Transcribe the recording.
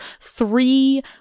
three